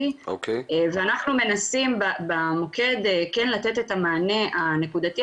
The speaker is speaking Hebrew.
ואנחנו מנסים במוקד כן לתת את המענה הנקודתי,